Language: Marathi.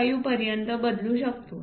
75 पर्यंत बदलू शकतो